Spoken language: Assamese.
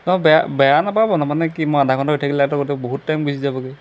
অ' বেয়া বেয়া নাপাব তাৰমানে কি মই আধা ঘণ্টা ৰৈ থাকিলেটো বহুত টাইম গুচি যাবগৈ